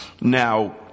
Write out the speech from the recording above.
Now